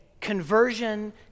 conversion